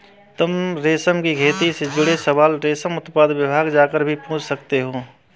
तुम रेशम की खेती से जुड़े सवाल रेशम उत्पादन विभाग जाकर भी पूछ सकते हो